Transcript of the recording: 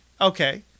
Okay